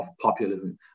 populism